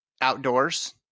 outdoors